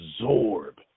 absorb